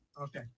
Okay